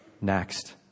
next